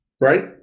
Right